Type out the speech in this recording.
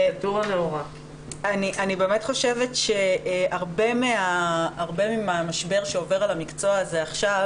אני באמת חושבת שהרבה מהמשבר שעובר על המקצוע הזה עכשיו